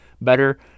better